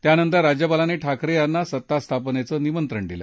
त्यानंतर राज्यपालांनी ठाकरे यांना सत्ता स्थापनेचं निमंत्रण दिलं